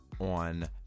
on